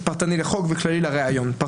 נבחרות וכל אחת בולמת ומאזנת את שתי חברותיה.